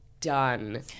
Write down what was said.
done